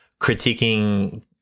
critiquing